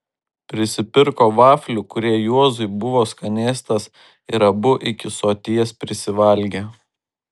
prisipirko vaflių kurie juozui buvo skanėstas ir abu iki soties prisivalgė